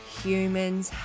humans